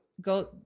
go